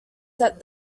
set